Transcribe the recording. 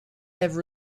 have